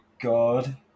God